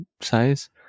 size